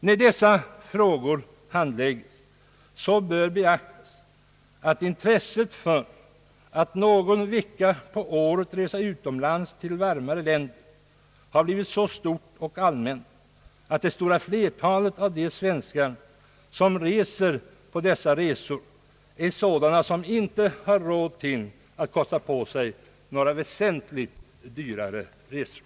När dessa frågor handläggs bör beaktas, att intresset för att någon vecka på året resa utomlands till varmare länder har blivit så stort och allmänt, att det stora flertalet av de svenskar som frekventerar dessa resor inte har råd att kosta på sig några väsentligt dyrare resor.